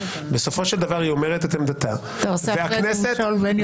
בסופו של דבר היא אומרת את עמדתה -- אתה עושה הפרד ומשול בין יועצים.